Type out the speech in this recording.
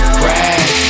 crash